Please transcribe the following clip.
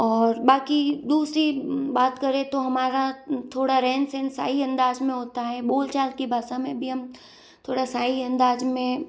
और बाकी दूसरी बात करें तो तो हमारा थोड़ा रहन सहन साही अंदाज में होता हैं बोल चाल की भाषा में भी हम थोड़ा शाही अंदाज में